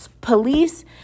police